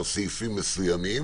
סעיפים מסוימים.